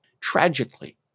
Tragically